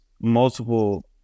multiple